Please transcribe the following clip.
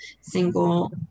single